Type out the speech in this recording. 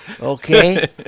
Okay